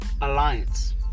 alliance